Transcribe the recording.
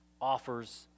offers